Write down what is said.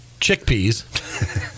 Chickpeas